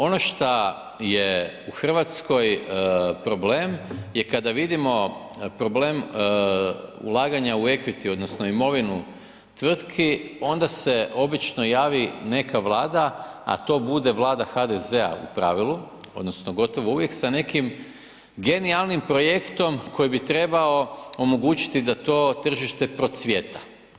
Ono šta je u Hrvatskoj problem je kada vidimo problem ulaganja u equiti odnosno imovinu tvrtki onda se obično javi neka vlada, a to bude vlada HDZ-a u pravilu odnosno gotovo uvijek, sa nekim genijalnim projektom koji bi trebao omogućiti da to tržište procvjeta.